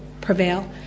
prevail